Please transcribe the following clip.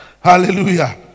Hallelujah